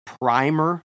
primer